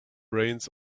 reins